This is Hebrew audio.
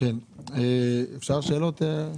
אפשר שאלות?